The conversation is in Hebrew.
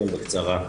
כן, בקצרה.